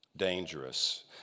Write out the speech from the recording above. dangerous